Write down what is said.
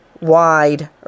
wide